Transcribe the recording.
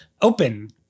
open